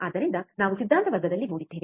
ಆದ್ದರಿಂದ ನಾವು ಸಿದ್ಧಾಂತ ವರ್ಗದಲ್ಲಿ ನೋಡಿದ್ದೇವೆ